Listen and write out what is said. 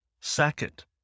Second